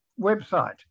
website